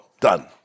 done